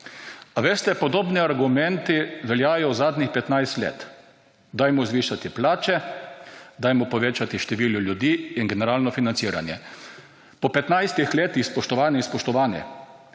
Ali veste podobni argumenti veljajo zadnjih 15 let? Dajmo zvišati plače, dajmo povečati število ljudi in generalno financiranje. Po 15 letih, spoštovane in spoštovani,